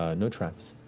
ah no traps.